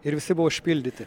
ir visi buvo užpildyti